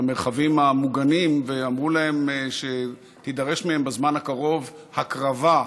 למרחבים המוגנים ואמרו להם שיידרשו מהם בזמן הקרוב הקרבה,